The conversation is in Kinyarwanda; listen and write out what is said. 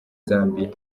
zambia